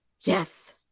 Yes